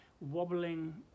wobbling